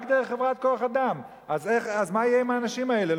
רק דרך חברת כוח-אדם, אז מה יהיה עם האנשים האלה?